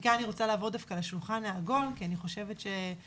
מכאן אני רוצה לעבור לשולחן העגול כי אני חושבת שיש